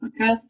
Okay